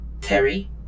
Terry